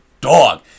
Dog